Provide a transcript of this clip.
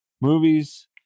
movies